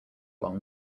long